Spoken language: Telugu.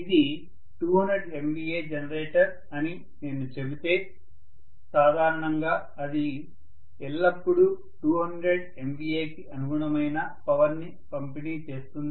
ఇది 200 MVA జనరేటర్ అని నేను చెబితే సాధారణంగా అది ఎల్లప్పుడూ 200 MVA కి అనుగుణమైన పవర్ ని పంపిణీ చేస్తుంది